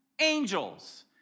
angels